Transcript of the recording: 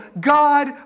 God